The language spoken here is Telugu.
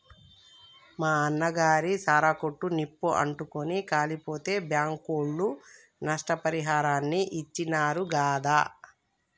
మా అన్నగాని సారా కొట్టు నిప్పు అంటుకుని కాలిపోతే బాంకోళ్లు నష్టపరిహారాన్ని ఇచ్చినారు గాదా